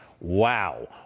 Wow